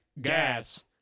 Gas